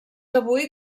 avui